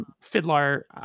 Fiddler